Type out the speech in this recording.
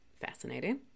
fascinating